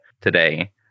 today